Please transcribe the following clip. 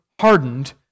hardened